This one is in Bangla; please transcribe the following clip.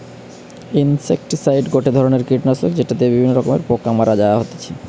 ইনসেক্টিসাইড গটে ধরণের কীটনাশক যেটি দিয়া বিভিন্ন রকমের পোকা মারা হতিছে